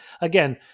again